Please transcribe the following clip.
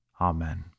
Amen